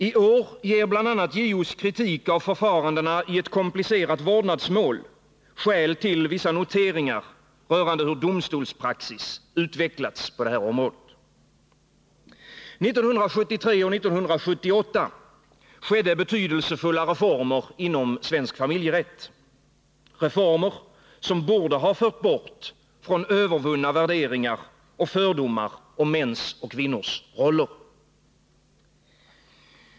I år ger bl.a. JO:s kritik av förfarandena i ett komplicerat vårdnadsmål skäl till vissa noteringar rörande hur domstolspraxis utvecklats på det här området. 1973 och 1978 skedde betydelsefulla reformer inom svensk familjerätt, reformer som borde ha fört bort från övervunna värderingar och fördomar om mäns och kvinnors roller.